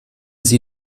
sie